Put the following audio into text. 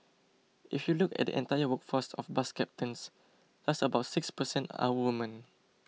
if you look at entire workforce of bus captains just about six per cent are women